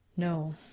No